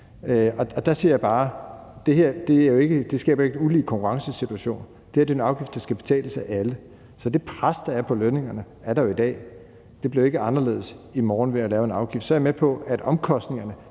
ikke skaber en ulige konkurrencesituation. Det her er jo en afgift, der skal betales af alle. Så det pres, der er på lønningerne, er der jo i dag. Det bliver ikke anderledes i morgen, ved at der laves en afgift. Så er jeg med på, at omkostningerne